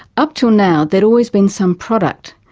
up till now there'd always been some product,